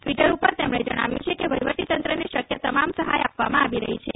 Twitter ઉપર તેમણે જણાવ્યું છે કે વહિવટીતંત્રને શક્ય તમામ સહાય આપવામાં આવી રહી છે